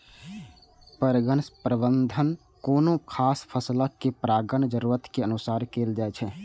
परगण प्रबंधन कोनो खास फसलक परागण जरूरत के अनुसार कैल जाइ छै